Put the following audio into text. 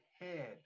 head